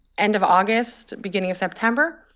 end of august, beginning of september.